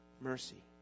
mercy